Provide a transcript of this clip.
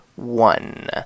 One